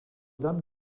dame